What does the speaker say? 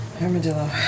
Armadillo